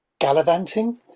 gallivanting